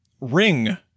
Ring